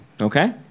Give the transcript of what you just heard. Okay